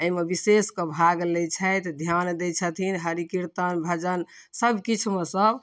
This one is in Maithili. एहिमे विशेष कऽ भाग लै छथि ध्यान दै छथिन हरि कीर्तन भजन सभकिछुमे सभ